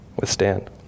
withstand